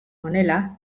honela